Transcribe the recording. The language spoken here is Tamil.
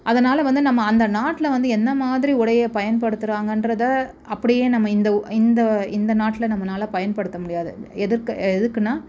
அதனால் வந்து நம்ம அந்த நாட்டில் வந்து என்ன மாதிரி உடையை பயன்படுத்துகிறாங்கன்றத அப்படியே நம்ம இந்த உ இந்த இந்த நாட்டில் நம்மனால் பயன்படுத்த முடியாது எதுக்கு எதுக்குன்னால்